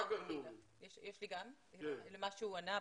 יש לי גם למה שהוא ענה.